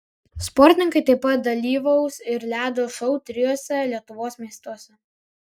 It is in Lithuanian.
sportininkai taip pat dalyvaus ir ledo šou trijuose lietuvos miestuose